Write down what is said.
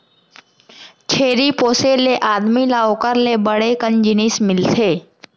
छेरी पोसे ले आदमी ल ओकर ले बड़ कन जिनिस मिलथे